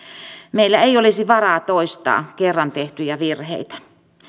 meillä ei olisi varaa toistaa kerran tehtyjä virheitä